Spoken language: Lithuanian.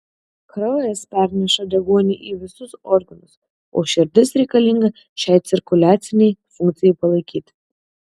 kraujas perneša deguonį į visus organus o širdis reikalinga šiai cirkuliacinei funkcijai palaikyti